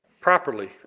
properly